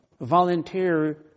volunteer